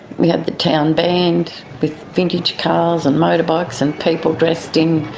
we had the town band with vintage cars and motorbikes and people dressed in